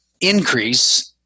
increase